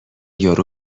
یارو